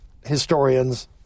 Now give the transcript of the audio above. historians